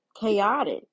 Chaotic